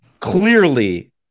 clearly